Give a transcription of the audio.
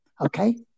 Okay